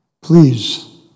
please